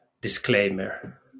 disclaimer